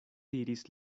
diris